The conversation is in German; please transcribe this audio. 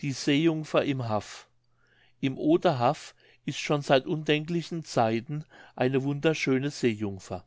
die seejungfer im haff im oder haff ist schon seit undenklichen zeiten eine wunderschöne seejungfer